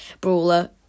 brawler